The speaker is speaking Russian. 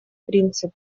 принцип